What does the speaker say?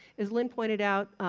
as lynn pointed out,